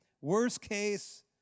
worst-case